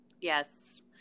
Yes